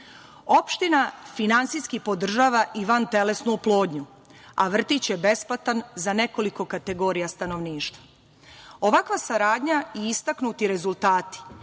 dete. Opština finansijski podržava i vantelesnu oplodnju, a vrtić je besplatan za nekoliko kategorija stanovništva. Ovakva saradnja i istaknuti rezultati